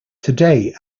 today